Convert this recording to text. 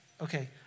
okay